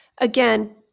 again